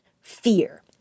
fear